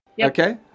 Okay